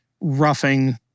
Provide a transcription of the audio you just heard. roughing